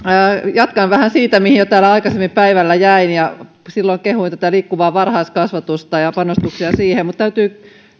jatkan vähän siitä mihin täällä aikaisemmin päivällä jäin ja silloin kehuin tätä liikkuvaa varhaiskasvatusta ja panostuksia siihen täytyy